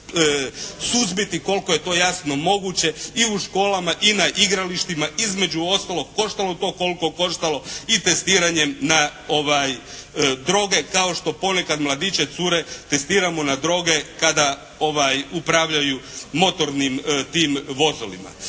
suzbiti koliko je to jasno moguće i u školama i na igralištima između ostalog koštalo to koliko koštalo i testiranjem na droge, kao što ponekad mladiće, cure testiramo na droge kada upravljaju motornim tim vozilima.